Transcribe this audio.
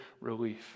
relief